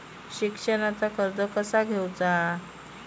शिक्षणाचा कर्ज कसा घेऊचा हा?